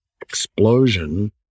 explosion